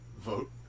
Vote